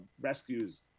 rescues